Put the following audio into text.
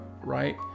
right